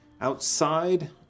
Outside